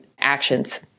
actions